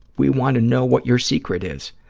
we want to know what your secret is.